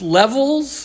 levels